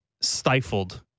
stifled